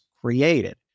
created